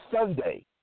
Sunday